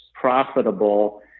profitable